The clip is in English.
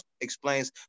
explains